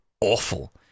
awful